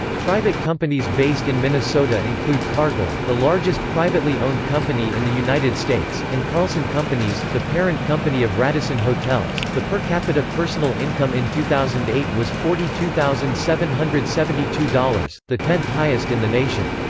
private companies based in minnesota include cargill, the largest privately owned company in the united states, and carlson companies, the parent company of radisson hotels the per capita personal income in two thousand and eight was forty two thousand seven hundred and seventy two dollars, the tenth-highest in the nation.